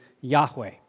Yahweh